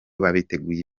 bateguye